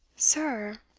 sir!